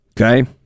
Okay